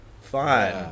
Fine